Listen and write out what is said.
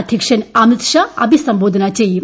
അധ്യക്ഷൻ അമിത്ഷാ അഭിസംബോധന ചെയ്യും